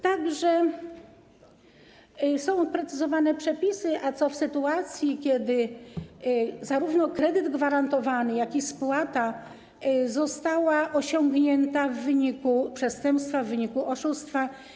Tak że są precyzowane przepisy, co w sytuacji, kiedy zarówno kredyt gwarantowany, jak i spłata zostały osiągnięte w wyniku przestępstwa, w wyniku oszustwa.